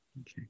Okay